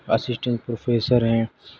assistant professor ہیں